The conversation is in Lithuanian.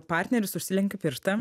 partneris užsilenkia pirštą